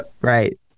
right